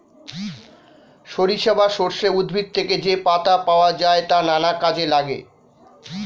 সরিষা বা সর্ষে উদ্ভিদ থেকে যে পাতা পাওয়া যায় তা নানা কাজে লাগে